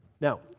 Now